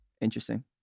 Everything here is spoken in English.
Interesting